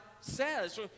says